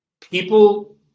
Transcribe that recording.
people